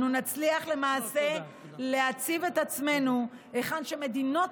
אנו נצליח למעשה להציב את עצמנו היכן שמדינות